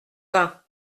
vingt